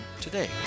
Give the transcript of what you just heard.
today